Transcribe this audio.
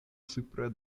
supre